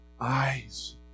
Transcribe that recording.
Eyes